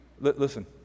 listen